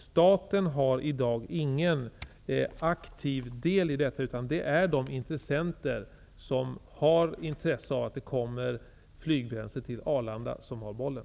Staten har i dag ingen aktiv del i detta, utan det är de intressenter som har intresse av att det kommer flygbränsle till Arlanda som har bollen.